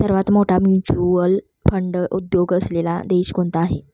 सर्वात मोठा mutual fund उद्योग असलेला देश कोणता आहे?